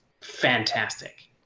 fantastic